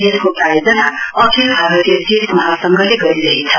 यसको प्रायोजना अखिल भारतीय चेस महासंघले गरिरहेछ